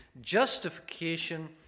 justification